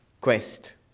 quest